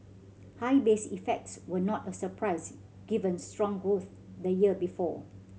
high base effects were not a surprise given strong growth the year before